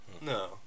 No